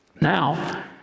now